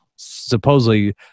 supposedly